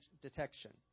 detection